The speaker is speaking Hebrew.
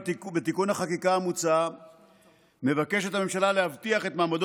בתיקון החקיקה המוצע מבקשת הממשלה להבטיח את מעמדו